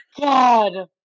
God